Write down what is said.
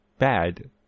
bad